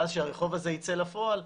ואז שהרחוב הזה ייצא לפועל,